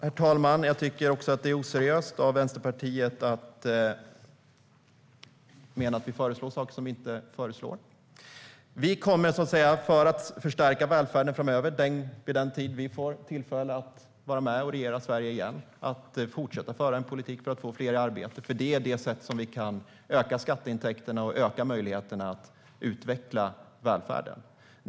Herr talman! Jag tycker att det är oseriöst av Vänsterpartiet att mena att vi föreslår saker som vi inte föreslår. För att förstärka välfärden kommer vi, när vi får tillfälle att åter vara med och regera Sverige, att fortsätta föra en politik för att få fler i arbete. Det är på det sättet vi kan öka skatteintäkterna och öka möjligheterna att utveckla välfärden.